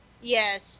Yes